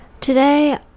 Today